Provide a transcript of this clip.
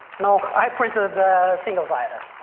no, i printed single sided.